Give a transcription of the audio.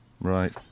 right